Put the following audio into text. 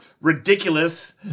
ridiculous